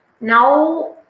Now